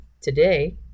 today